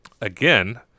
Again